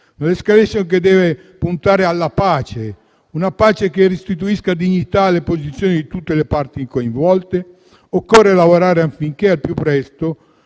militare, che deve puntare alla pace; una pace che restituisca dignità alle posizioni di tutte le parti coinvolte. Occorre lavorare affinché al più presto